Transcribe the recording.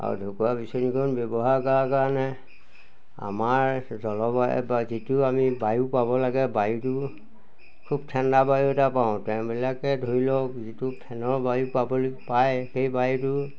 আৰু ঢকুৱা বিচনীখন ব্যৱহাৰ কৰাৰ কাৰণে আমাৰ জলবায়ু বা যিটো আমি বায়ু পাব লাগে বায়ুটো খুব ঠাণ্ডা বায়ু এটা পাওঁ তেওঁবিলাকে ধৰি লওক যিটো ফেনৰ বায়ু পাবলৈ পায় সেই বায়ুটো